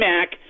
Mac